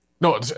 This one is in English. No